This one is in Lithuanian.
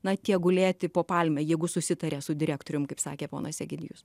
na tie gulėti po palme jeigu susitaria su direktorium kaip sakė ponas egidijus